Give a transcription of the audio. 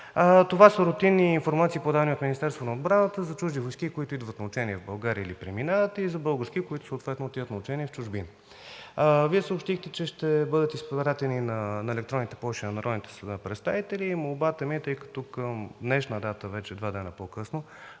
Това са рутинни информации, подавани от Министерството на отбраната за чужди войски, които идват на учение в България или преминават, и за български войски, които съответно отиват на учение в чужбина, а Вие съобщихте, че ще бъдат изпратени на електронните пощи на народните представители. Молбата ми е, тъй като към днешна дата – два дена по-късно,